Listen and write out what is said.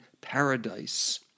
paradise